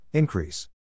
Increase